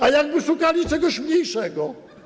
A jakby szukali czegoś mniejszego?